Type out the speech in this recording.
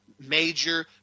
major